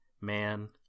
man